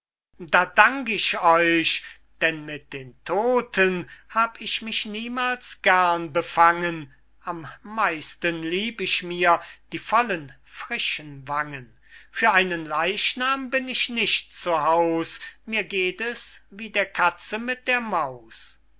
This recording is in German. da dank ich euch denn mit den todten hab ich mich niemals gern befangen an meisten lieb ich mir die vollen frischen wangen für einen leichnam bin ich nicht zu haus mir geht es wie der katze mit der maus